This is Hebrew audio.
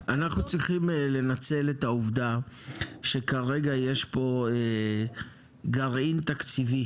אנחנו צריכים לנצל את העובדה שכרגע יש פה גרעין תקציבי